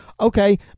Okay